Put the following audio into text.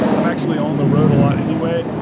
i'm actually on the road a lot anyway,